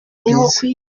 bwiza